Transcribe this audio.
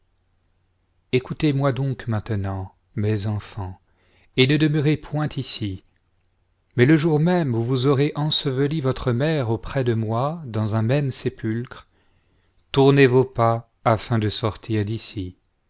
ecoutz-moi donc maintenant mes enfants et ne demeurez point ici maiij le jour même où vous aurez enseveli votre mère auprès de moi dans un même sépulcre tournez vos pas afin de sortir d'ici